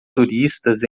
turistas